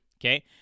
okay